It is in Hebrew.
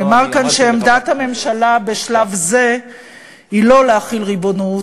נאמר כאן שעמדת הממשלה בשלב זה היא לא להחיל ריבונות.